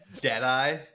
Deadeye